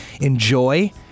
enjoy